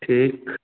ठीक